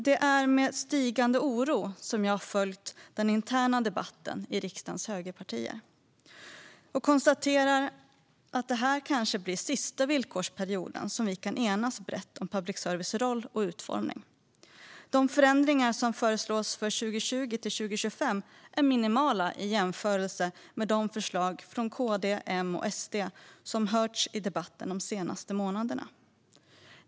Det är med stigande oro som jag har följt den interna debatten i riksdagens högerpartier, och jag konstaterar att detta kanske blir den sista villkorsperioden som vi kan enas brett om public services roll och utformning. De förändringar som föreslås för 2020-2025 är minimala i jämförelse med de förslag från KD, M och SD som hörts i debatten de senaste månaderna.